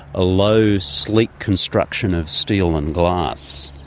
a low sleek construction of steel and glass.